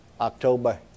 October